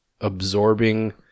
Absorbing